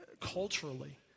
culturally